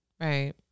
Right